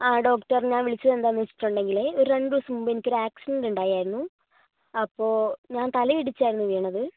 ആ ഡോക്ടർ ഞാൻ വിളിച്ചതെന്താണെന്നു വച്ചിട്ടുണ്ടെങ്കിൽ ഒരു രണ്ടു ദിവസം മുൻപ് എനിക്കൊരു ആക്സിഡന്റ് ഉണ്ടായായിരുന്നു അപ്പോൾ ഞാൻ തല ഇടിച്ചായിരുന്നു വീണത്